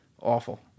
awful